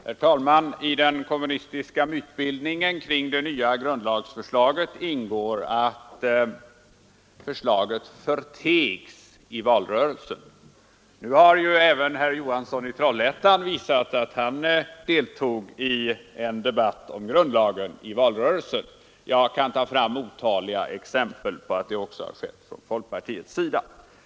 Herr talman! I den kommunistiska mytbildningen kring det nya grundlagsförslaget ingår att förslaget förtegs i valrörelsen. Nu har ju även herr Johansson i Trollhättan visat att han deltog i en debatt om grundlagen i valrörelsen. Jag kan ta fram otaliga exempel på sådant deltagande också från folkpartiets sida.